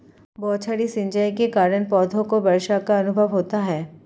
बौछारी सिंचाई के कारण पौधों को वर्षा का अनुभव होता है